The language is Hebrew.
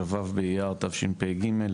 כ"ו באייר תשפ"ג.